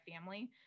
family